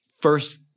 First